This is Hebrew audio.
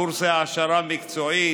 קורסי העשרה מקצועית,